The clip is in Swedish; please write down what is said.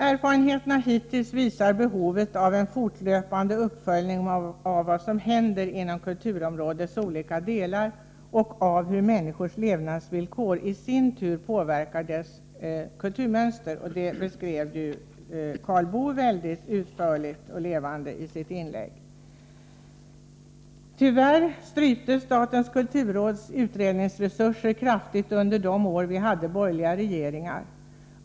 Erfarenheterna hittills visar behovet av en fortlöpande uppföljning av vad som händer inom kulturområdets olika delar och av hur människors levnadsvillkor i sin tur påverkar deras kulturmönster; det beskrev Karl Boo mycket utförligt och levande i sitt inlägg. Tyvärr stryptes statens kulturråds utredningsresurser kraftigt under de år vi hade borgerliga regeringar.